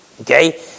Okay